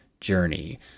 Journey